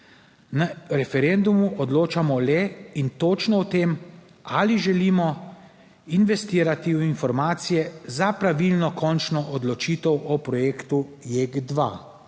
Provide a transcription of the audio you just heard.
Na referendumu odločamo le in točno o tem, ali želimo investirati v informacije za pravilno končno odločitev o projektu JEK2.